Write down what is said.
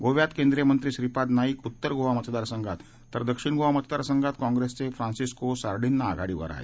गोव्यात केंद्रीय मंत्री श्रीपाद नाईक उत्तर गोवा मतदार संघात तर दक्षिण गोवा मतदार संघात काँप्रेसचे फ्रान्सिस्को सार्डीन्हा आघाडीवर आहेत